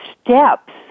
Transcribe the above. steps